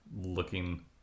looking